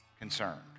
concerned